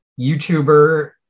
YouTuber